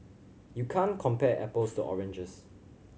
you can't compare apples to oranges